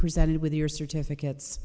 presented with your certificates